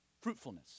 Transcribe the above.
fruitfulness